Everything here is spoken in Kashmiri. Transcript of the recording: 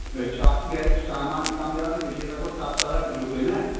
أسۍ چھِ اَکھ چھُ گریُک سامان تہِ کم زیادٕ بیٚیہِ چھِ أسۍ لگ بگ سَتھ سوارِ تُلۍوُکھ تُہۍ نا